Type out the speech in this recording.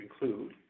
include